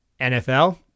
NFL